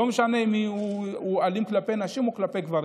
ולא משנה אם הוא אלים כלפי נשים או כלפי גברים.